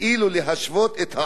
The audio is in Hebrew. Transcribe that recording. להשוות את העול החברתי.